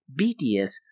BTS